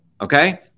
okay